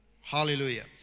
Hallelujah